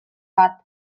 bat